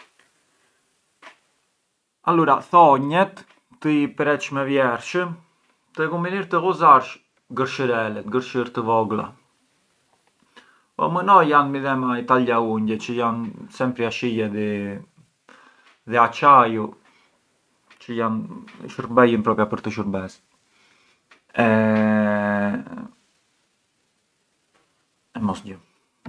Alura thonjët të i preç me vjersh të kunvinir të ghuzarsh gërshërelen, gërshërët të vogla, o më no jan midhema i taglia unghia, çë jan sempri ashije di acciaiu çë shurbejën propriu për këtë shurbes, e mosgjë.